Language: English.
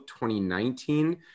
2019